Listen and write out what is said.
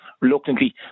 reluctantly